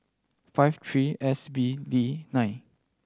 five three S B D nine